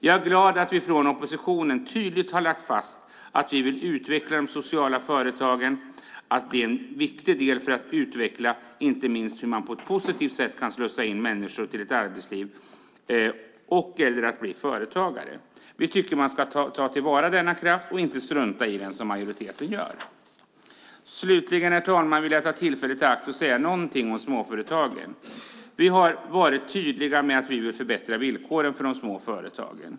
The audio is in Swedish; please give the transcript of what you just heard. Jag är glad över att vi från oppositionens sida tydligt har lagt fast att vi vill utveckla de sociala företagen till att bli en viktig del för att utveckla inte minst hur man på ett positivt sätt kan slussa in människor i arbetslivet och/eller slussa över dem till att bli företagare. Vi tycker att man ska ta till vara denna kraft, inte strunta i den som majoriteten gör. Slutligen, herr talman, vill jag ta tillfället i akt och säga några ord om småföretagen. Vi har varit tydliga med att vi vill förbättra villkoren för de små företagen.